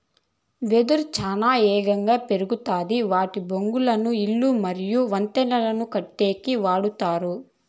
వెదురు చానా ఏగంగా పెరుగుతాది వాటి బొంగులను ఇల్లు మరియు వంతెనలను కట్టేకి వాడతారు